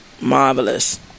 marvelous